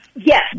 Yes